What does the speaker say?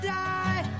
die